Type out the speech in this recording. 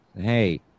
Hey